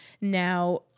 Now